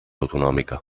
autonòmica